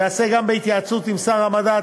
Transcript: תיעשה גם בהתייעצות עם שר המדע,